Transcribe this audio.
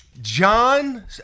John